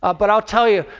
ah but i'll tell you,